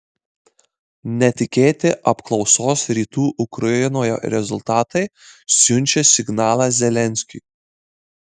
netikėti apklausos rytų ukrainoje rezultatai siunčia signalą zelenskiui